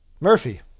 Murphy